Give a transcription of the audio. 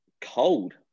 cold